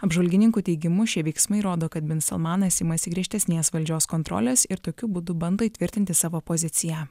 apžvalgininkų teigimu šie veiksmai rodo kad bin salmanas imasi griežtesnės valdžios kontrolės ir tokiu būdu bando įtvirtinti savo poziciją